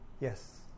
Yes